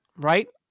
right